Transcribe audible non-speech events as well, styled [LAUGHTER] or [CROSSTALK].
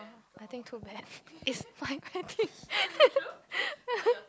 I think too bad [LAUGHS] it's my wedding [LAUGHS]